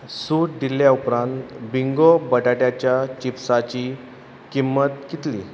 सूट दिले उपरांत बिंगो बटाट्यांच्या चिप्सांची किंमत कितली